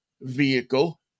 vehicle